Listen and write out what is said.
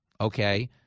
Okay